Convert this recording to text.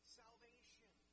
salvation